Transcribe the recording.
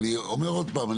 ואני אומר עוד פעם,